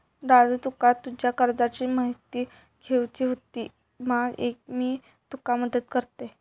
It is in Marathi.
राजू तुका तुज्या कर्जाची म्हायती घेवची होती मा, ये मी तुका मदत करतय